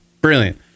Brilliant